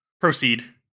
proceed